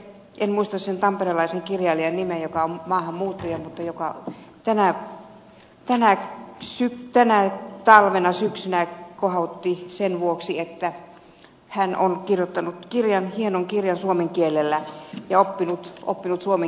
en muista sen tamperelaisen kirjailijan nimeä joka on maahanmuuttaja mutta joka tänä talvena syksynä kohautti sen vuoksi että hän on kirjoittanut hienon kirjan suomen kielellä ja oppinut suomen kielen